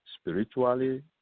spiritually